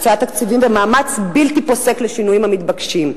הקצאת תקציבים ומאמץ בלתי פוסק לשינויים המתבקשים.